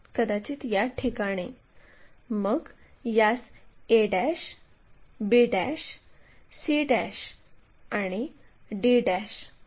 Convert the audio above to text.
तर या त्रिज्येसह आपण या मार्गाने r2 काढू मग r2 काढण्यासाठी r2 हे वर प्रोजेक्ट करा